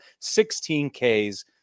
16Ks